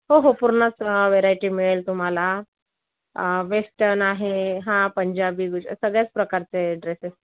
हो हो पूर्णच व्हरायटी मिळेल तुम्हाला वेस्टर्न आहे हा पंजाबी सगळ्याच प्रकारचे ड्रेसेस